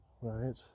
Right